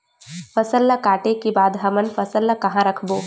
फसल ला काटे के बाद हमन फसल ल कहां रखबो?